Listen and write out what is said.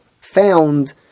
found